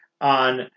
on